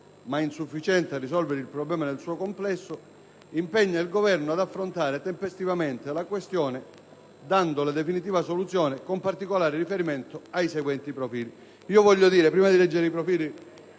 ma insufficiente a risolvere il fenomeno nel suo complesso, impegna il Governo ad affrontare tempestivamente la questione dandole definitiva soluzione con particolare riferimento ai seguenti profili: 1. estensione anche all'anno scolastico